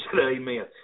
Amen